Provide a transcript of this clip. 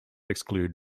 exclude